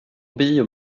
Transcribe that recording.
bio